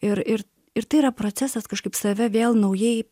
ir ir ir tai yra procesas kažkaip save vėl naujai